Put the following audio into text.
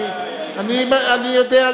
אני יודע,